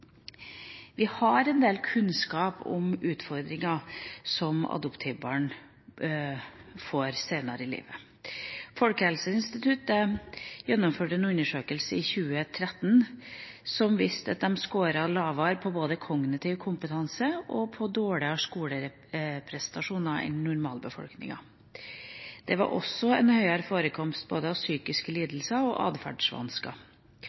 Vi har en del kunnskap om utfordringer som adoptivbarn får senere i livet. Folkehelseinstituttet gjennomførte i 2013 en undersøkelse som viste at de scoret lavere på kognitiv kompetanse, og at de hadde dårligere skoleprestasjoner enn normalbefolkninga. Det var også en høyere forekomst både av psykiske lidelser og av atferdsvansker,